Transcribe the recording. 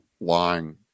lying